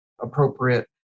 appropriate